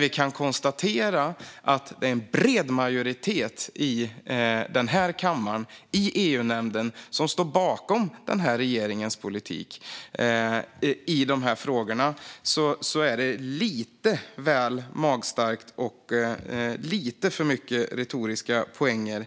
Vi kan konstatera att det är en bred majoritet i den här kammaren och i EU-nämnden som står bakom regeringens politik i de här frågorna. Det är lite för mycket retoriska poänger